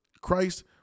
Christ